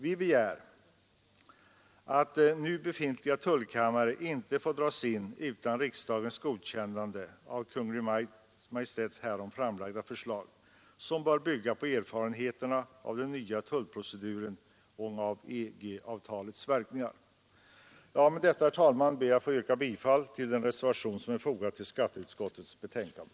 Vi begär att nu befintliga tullkammare inte får dras in utan riksdagens godkännande av Kungl. Maj:ts härom framlagda förslag, som bör bygga på erfarenheterna av den tullproceduren och av EG-avtalets verkningar. Herr talman! Med detta ber jag att få yrka bifall till den reservation som är fogad till skatteutskottets betänkande.